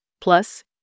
plus